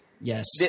Yes